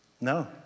No